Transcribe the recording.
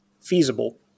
feasible